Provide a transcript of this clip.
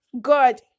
God